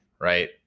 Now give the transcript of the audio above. right